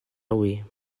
hui